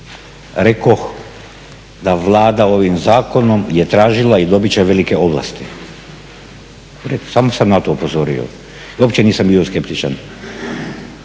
Rekoh da Vlada ovim zakonom je tražila i dobit će velike ovlasti. U redu, samo sam na to upozorio, uopće nisam bio skeptičan.